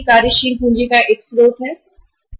कार्यशील पूंजी का एक स्रोत है जो उपलब्ध है